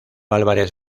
álvarez